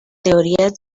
teorías